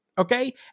Okay